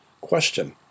question